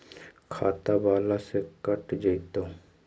खाता बाला से कट जयतैय?